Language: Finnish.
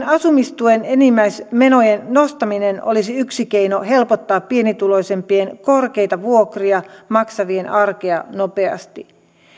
asumistuen enimmäismenojen nostaminen olisi yksi keino helpottaa pienituloisimpien korkeita vuokria maksavien arkea nopeasti